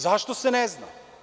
Zašto se ne zna?